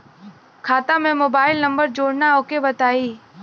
खाता में mobile number जोड़ना ओके बताई?